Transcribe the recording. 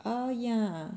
oh ya